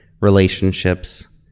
relationships